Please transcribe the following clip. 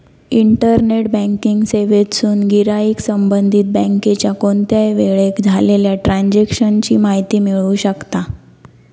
internet banking सेवेतसून गिराईक संबंधित बँकेच्या कोणत्याही वेळेक झालेल्या ट्रांजेक्शन ची माहिती मिळवू शकता